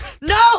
no